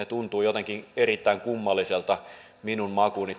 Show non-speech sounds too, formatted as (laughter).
(unintelligible) tuntuvat jotenkin erittäin kummallisilta minun makuuni (unintelligible)